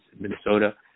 Minnesota